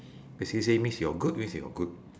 basically say means you're good means you're good